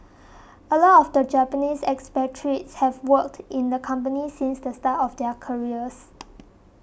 a lot of the Japanese expatriates have worked in the company since the start of their careers